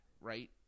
right